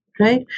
Right